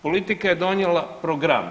Politika je donijela program.